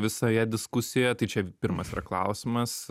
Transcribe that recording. visoje diskusijoje tai čia pirmas yra klausimas